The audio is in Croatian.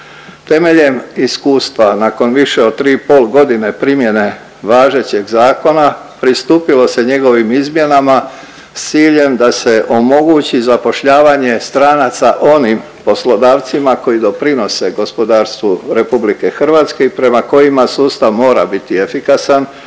Temeljem iskustva nakon više od 3 i pol godine primjene važećeg zakona, pristupilo se njegovim izmjenama s ciljem da se omogući zapošljavanje stranaca onim poslodavcima koji doprinose gospodarstvu RH i prema kojima sustav mora biti efikasan,